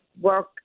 work